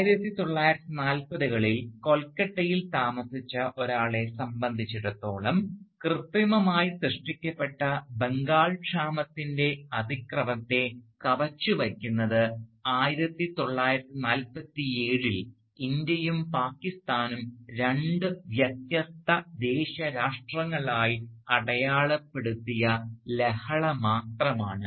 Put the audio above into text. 1940 കളിൽ കൊൽക്കത്തയിൽ താമസിച്ച ഒരാളെ സംബന്ധിച്ചിടത്തോളം കൃത്രിമമായി സൃഷ്ടിക്കപ്പെട്ട ബംഗാൾ ക്ഷാമത്തിൻറെ അതിക്രമത്തെ കവച്ചു വയ്ക്കുന്നത് 1947 ൽ ഇന്ത്യയും പാകിസ്ഥാനും രണ്ട് വ്യത്യസ്ത ദേശ രാഷ്ട്രങ്ങളായി അടയാളപ്പെടുത്തിയ ലഹള മാത്രമാണ്